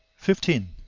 fifteen.